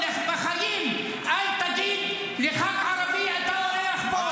בחיים אל תגיד לח"כ ערבי: אתה אורח פה.